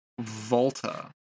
Volta